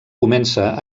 comença